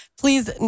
Please